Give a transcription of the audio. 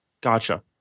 Gotcha